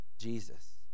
Jesus